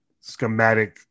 schematic